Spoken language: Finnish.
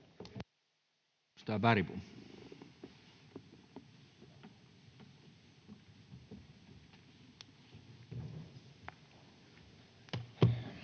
Kiitos.